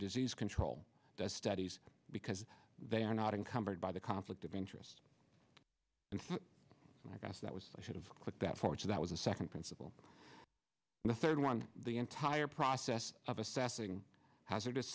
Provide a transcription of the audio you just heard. disease control studies because they are not encumbered by the conflict of interest and i guess that was i should have put that forward so that was a second principle and the third one the entire process of assessing hazardous